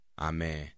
Amen